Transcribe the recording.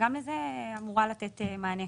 אמורה לתת מענה.